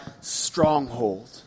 stronghold